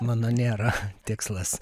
mano nėra tikslas